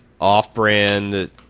off-brand